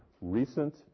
recent